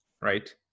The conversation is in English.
right